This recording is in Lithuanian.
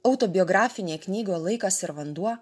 autobiografinė knygoj laikas ir vanduo